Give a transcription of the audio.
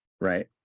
right